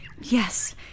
Yes